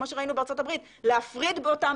כמו שראינו בארצות הברית להפריד אותם